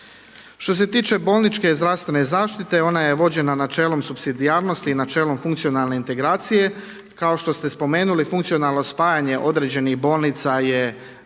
Što se tiče bolničke zdravstvene zaštite ona je vođena načelom supsidijarnosti i načelom funkcionalne integracije. Kao što ste spomenuli funkcionalno spajanje određenih bolnica je